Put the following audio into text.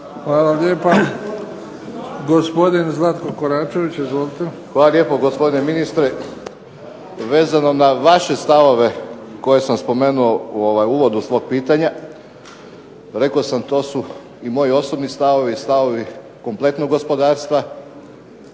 Hvala lijepa. Gospodin Zlatko Koračević. Izvolite. **Koračević, Zlatko (HNS)** Hvala lijepo gospodine ministre. Vezano na vaše stavove koje sam spomenuo u uvodu svog pitanja. Rekao sam to su i moji osobni stavovi i stavovi kompletnog gospodarstva,